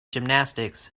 gymnastics